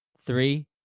Three